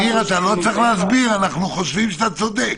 אתה צודק.